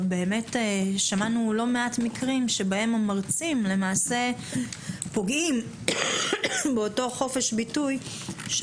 שמענו על לא מעט מקרים שבהם המרצים פוגעים באותו חופש ביטוי של